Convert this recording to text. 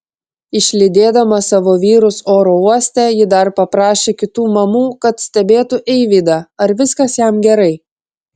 išlydėdama savo vyrus oro uoste ji dar paprašė kitų mamų kad stebėtų eivydą ar viskas jam gerai